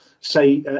say